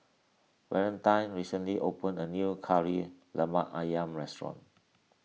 Valentine recently opened a new Kari Lemak Ayam restaurant